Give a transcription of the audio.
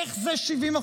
איך זה 70%?